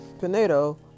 Pinedo